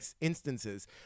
instances